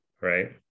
right